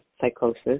psychosis